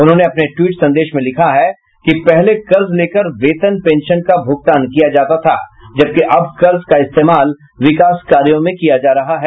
उन्होंने अपने ट्वीट संदेश में लिखा है कि पहले कर्ज लेकर वेतन पेंशन का भुगतान किया जाता था जबकि अब कर्ज का इस्तेमाल विकास कार्यों में किया जा रहा है